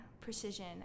precision